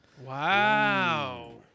Wow